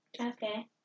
Okay